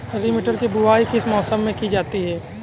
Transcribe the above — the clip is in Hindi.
हरी मटर की बुवाई किस मौसम में की जाती है?